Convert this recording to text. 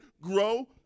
grow